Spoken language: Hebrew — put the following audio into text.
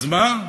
אז מה,